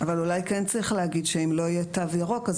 אבל אולי כן צריך להגיד שאם לא יהיה תו ירוק אז